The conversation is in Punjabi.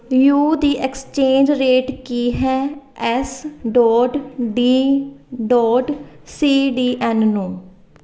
ਯੂ ਦੀ ਐਕਸਚੇਂਜ ਰੇਟ ਕੀ ਹੈ S dot D dot C D N ਨੂੰ